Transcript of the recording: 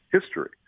history